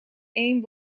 één